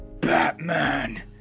Batman